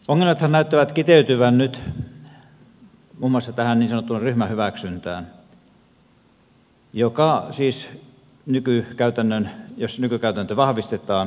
ongelmathan näyttävät kiteytyvän nyt muun muassa tähän niin sanottuun ryhmähyväksyntään jos nykykäytäntö vahvistetaan